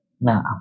No